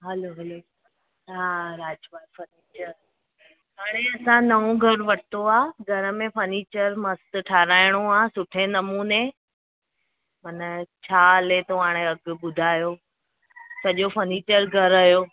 हलो hello हा Rajpal furniture हाणे असां नओं घरु वरितो आहे घर में फर्नीचर मस्तु ठाराहिणो आहे सुठे नमूने माना छा हले थो हाणे अघु ॿुधायो सॼो फर्नीचर घर जो